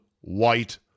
white